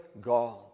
God